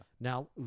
Now